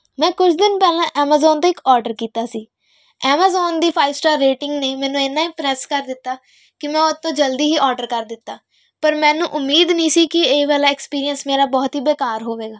ਮੈਂ ਕੁਝ ਦਿਨ ਪਹਿਲਾਂ ਐਮਾਜ਼ੋਨ ਤੋਂ ਇੱਕ ਔਡਰ ਕੀਤਾ ਸੀ ਐਮਾਜ਼ੋਨ ਦੀ ਫਾਈਵ ਸਟਾਰ ਰੇਟਿੰਗ ਨੇ ਮੈਨੂੰ ਇੰਨਾ ਇੰਮਪ੍ਰੈਸ ਕਰ ਦਿੱਤਾ ਕਿ ਮੈਂ ਉਹ ਤੋਂ ਜਲਦੀ ਹੀ ਔਡਰ ਕਰ ਦਿੱਤਾ ਪਰ ਮੈਨੂੰ ਉਮੀਦ ਨਹੀਂ ਸੀ ਕੀ ਇਹ ਵਾਲਾ ਐਕਸਪੀਰੀਅੰਸ ਮੇਰਾ ਬਹੁਤ ਹੀ ਬੇਕਾਰ ਹੋਵੇਗਾ